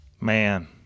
Man